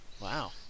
Wow